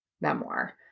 memoir